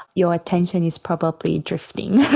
your attention is probably drifting.